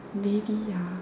maybe ya